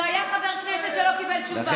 לא היה חבר כנסת שלא קיבל תשובה.